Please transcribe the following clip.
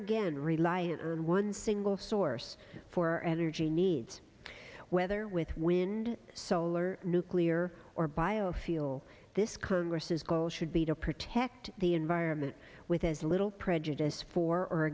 again reliant on one single source for energy needs whether with wind solar nuclear or biofuel this congress is goal should be to protect the environment with as little prejudice for or